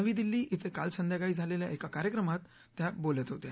नवी दिल्ली इथं काल संध्याकाळी झालेल्या एका कार्यक्रमात त्या बोलत होत्या